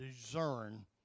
discern